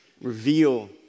reveal